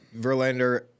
Verlander